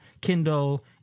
Kindle